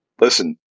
Listen